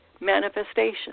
manifestation